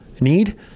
need